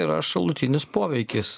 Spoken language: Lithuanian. yra šalutinis poveikis